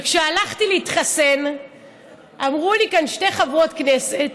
כשהלכתי להתחסן אמרו לי כאן שתי חברות כנסת